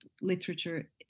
literature